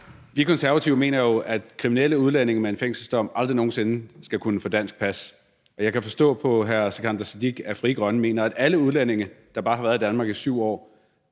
Vi Konservative mener jo, at kriminelle udlændinge med en fængselsdom aldrig nogen sinde skal kunne få dansk pas. Jeg kan forstå på hr. Sikandar Siddique, at Frie Grønne mener, at alle udlændinge, der bare har været i Danmark i 7 år,